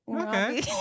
Okay